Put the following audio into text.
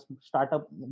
startup